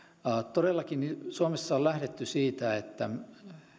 todellakin suomessa on lähdetty siitä että